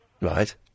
Right